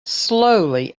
slowly